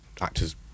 actors